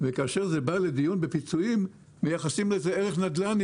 וכאשר זה בא לדיון בפיצויים מייחסים לזה ערך נדל"ני,